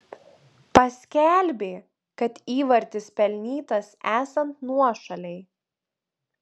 paskelbė kad įvartis pelnytas esant nuošalei